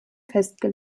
erfasst